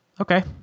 Okay